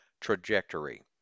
trajectory